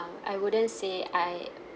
um I wouldn't say I